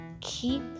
keep